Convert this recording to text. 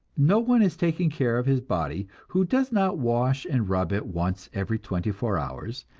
no one is taking care of his body who does not wash and rub it once every twenty-four hours,